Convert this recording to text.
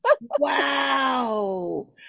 Wow